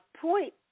point